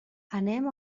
anem